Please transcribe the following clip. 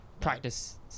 practice